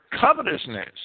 covetousness